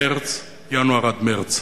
מינואר עד מרס.